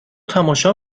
تماشا